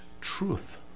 truth